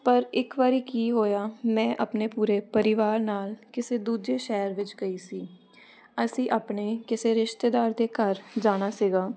ਪਰ ਇੱਕ ਵਾਰੀ ਕੀ ਹੋਇਆ ਮੈਂ ਆਪਣੇ ਪੂਰੇ ਪਰਿਵਾਰ ਨਾਲ ਕਿਸੇ ਦੂਜੇ ਸ਼ਹਿਰ ਵਿੱਚ ਗਈ ਸੀ ਅਸੀਂ ਆਪਣੇ ਕਿਸੇ ਰਿਸ਼ਤੇਦਾਰ ਦੇ ਘਰ ਜਾਣਾ ਸੀਗਾ